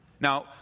Now